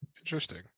Interesting